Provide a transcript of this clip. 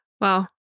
Wow